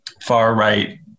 far-right